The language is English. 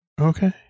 Okay